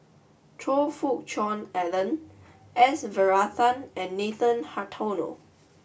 Choe Fook Cheong Alan S Varathan and Nathan Hartono